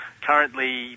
Currently